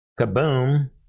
Kaboom